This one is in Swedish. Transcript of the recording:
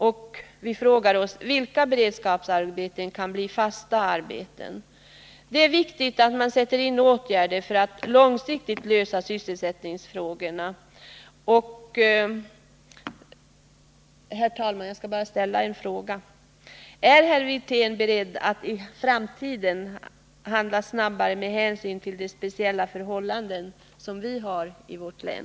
Man frågar sig därför: Vilka beredskapsarbeten kan bli fasta arbeten? Det är viktigt att åtgärder sätts in i syfte att långsiktigt lösa sysselsättningsfrågorna. Jag vill, herr talman, bara ställa en fråga här: Är herr Wirtén beredd att i framtiden handla skyndsammare med hänsyn till de speciella förhållanden som råder i vårt län?